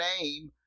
name